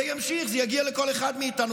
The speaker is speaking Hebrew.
זה יימשך, זה יגיע לכל אחד מאיתנו.